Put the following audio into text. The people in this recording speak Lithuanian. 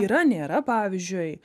yra nėra pavyzdžiui